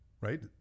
right